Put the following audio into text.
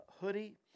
hoodie